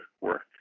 work